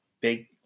big